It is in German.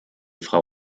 frau